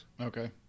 okay